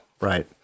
right